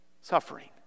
suffering